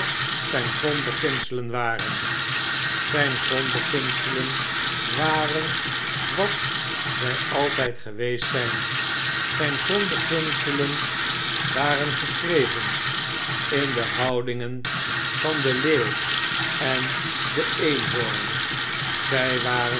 zjjn grondbeginselen waren zjjn grondbeginselen waren wat zjj altijd geweest zijn zijn grondbeginselen waren geschreven in de houdingen van den leeuw en den eenhoorn zy waren